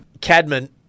Cadman